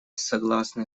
согласны